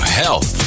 health